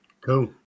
Cool